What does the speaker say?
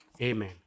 Amen